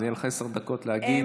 אז יהיו לך עשר דקות להגיד,